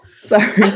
Sorry